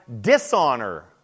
dishonor